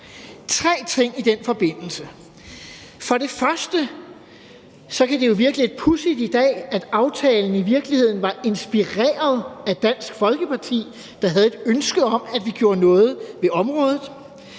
tre ting i den forbindelse: For det første kan det jo virke lidt pudsigt i dag, at aftalen i virkeligheden var inspireret af Dansk Folkeparti, der havde et ønske om, at vi gjorde noget ved området.